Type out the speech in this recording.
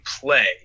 play